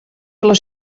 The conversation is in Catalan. les